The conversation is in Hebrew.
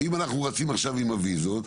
אם אנחנו רצים עכשיו עם הוויזות,